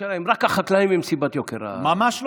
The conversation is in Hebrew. השאלה היא אם רק החקלאים הם סיבת יוקר, ממש לא.